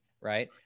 right